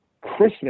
Christmas